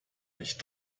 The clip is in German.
nicht